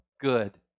good